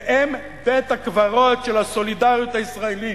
והן בית-הקברות של הסולידריות הישראלית,